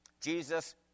Jesus